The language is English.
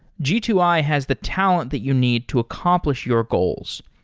g two i has the talent that you need to accomplish your goals.